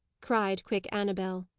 cried quick annabel.